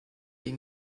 die